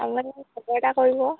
খবৰ এটা কৰিব